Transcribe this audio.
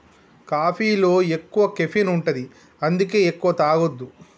కాఫీలో ఎక్కువ కెఫీన్ ఉంటది అందుకే ఎక్కువ తాగొద్దు